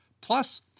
Plus